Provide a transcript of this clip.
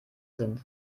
sind